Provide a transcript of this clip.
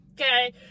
Okay